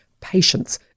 patience